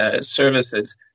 services